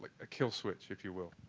a kill switch if you will.